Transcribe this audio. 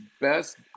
best